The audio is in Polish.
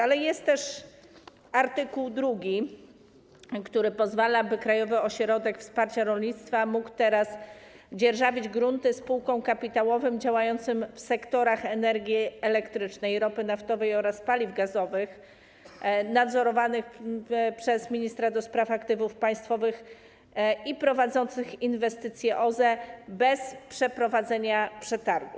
Ale jest też art. 2, który pozwala, by Krajowy Ośrodek Wsparcia Rolnictwa mógł teraz dzierżawić grunty spółkom kapitałowym działającym w sektorach energii elektrycznej, ropy naftowej oraz paliw gazowych, nadzorowanym przez ministra do spraw aktywów państwowych i prowadzącym inwestycje OZE, bez przeprowadzenia przetargu.